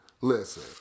listen